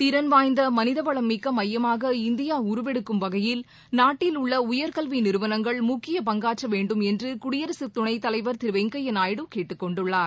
திறன் வாய்ந்த மனித வளம் மிக்க மையமாக இந்தியா உருவெடுக்கும் வகையில் நாட்டில் உள்ள உயர்கல்வி நிறுவனங்கள் முக்கிய பங்காற்ற வேண்டும் என்று குடியரகத் துணைத் தலைவர் திரு வெங்கப்யா நாயுடு கேட்டுக் கொண்டுள்ளார்